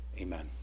Amen